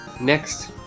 Next